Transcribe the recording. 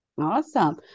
Awesome